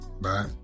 Bye